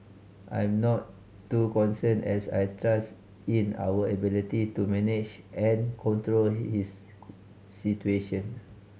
I'm not too concerned as I trust in our ability to manage and control he is situation